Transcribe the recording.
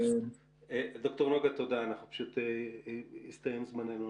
ד"ר נגה תודה, פשוט הסתיים זמננו.